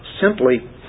simply